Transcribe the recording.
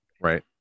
right